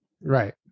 Right